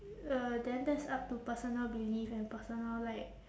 uh then that's up to personal belief and personal like